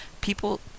people